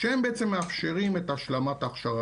שהם בעצם מאפשרים את השלמת ההכשרה